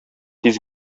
тиз